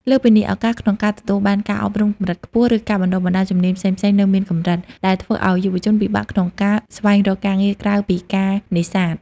លើសពីនេះ ឱកាសក្នុងការទទួលបានការអប់រំកម្រិតខ្ពស់ ឬការបណ្តុះបណ្តាលជំនាញផ្សេងៗនៅមានកម្រិត ដែលធ្វើឲ្យយុវជនពិបាកក្នុងការស្វែងរកការងារក្រៅពីការនេសាទ។